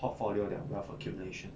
portfolio their wealth accumulation